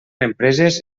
empreses